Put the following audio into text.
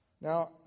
Now